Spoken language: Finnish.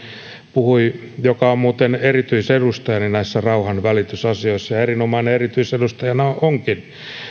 puhui joka on muuten erityis edustajani näissä rauhanvälitysasioissa ja erinomainen erityisedustajana onkin